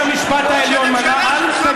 בית המשפט העליון מנע, ראש הממשלה שלך מנע.